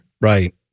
Right